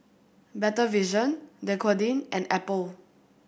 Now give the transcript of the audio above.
Better Vision Dequadin and Apple